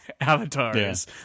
avatars